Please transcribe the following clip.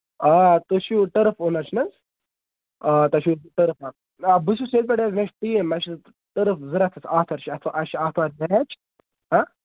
آ تُہۍ چھِو ٹرٕف اوٚنر چھِ نہ حظ آ تۄہہِ چھُو ٹرٕف اَنُن آ بہٕ چھُس ییٚتہِ پٮ۪ٹھ حظ مےٚ چھِ یہِ ٹرٕف ضوٚرتھ حظ آتھوار اَسہِ چھُ آتھورِ میچ ہاں